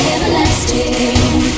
Everlasting